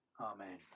Amen